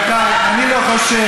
אני לא חושש,